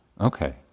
okay